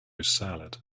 salad